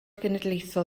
genedlaethol